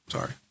Sorry